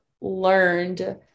learned